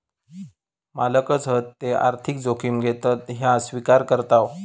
मालकच हत जे आर्थिक जोखिम घेतत ह्या स्विकार करताव